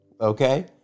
Okay